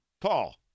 Paul